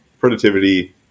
productivity